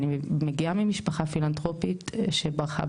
אני מגיעה ממשפחה פילנתרופית שברחה